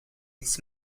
its